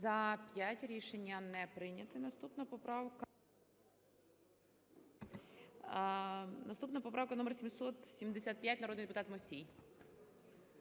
За-5 Рішення не прийнято. Наступна поправка - номер 776, народний депутат Лесюк.